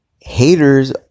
haters